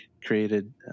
created